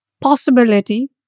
possibility